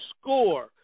score